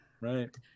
Right